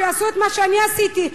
שיעשו את מה שאני עשיתי.